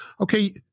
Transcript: Okay